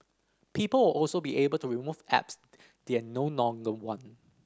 people all also be able to remove apps they are no longer want